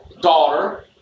daughter